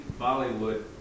Bollywood